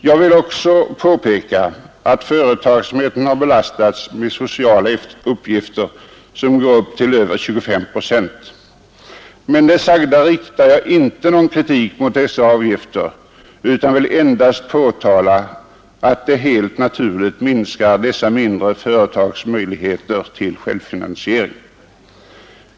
Jag vill också påpeka att företagsamheten har belastats med sociala avgifter som går upp till över 25 procent av lönen. Med det sagda riktar jag inte någon kritik mot dessa avgifter, utan vill endast påtala att de helt naturligt minskar dessa mindre företags möjligheter till självfinansiering.